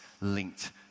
linked